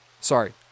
sorry